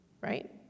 right